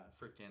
freaking